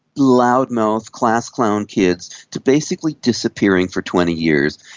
loudmouth class-clown kids to basically disappearing for twenty years.